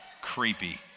Creepy